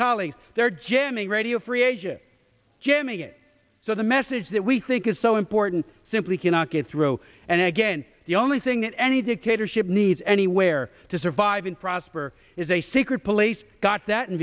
colleagues they're jamming radio free asia jamming it so the message that we think is so important simply cannot get through and again the only thing that any dictatorship needs anywhere to survive and prosper is a secret police got that in